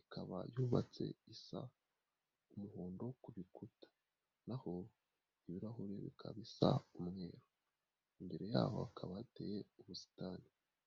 ikaba yubatse isa umuhondo wo ku rukuta naho ibirahuri bikaba bisa umweru imbere yaho hakaba hateye ubusitani.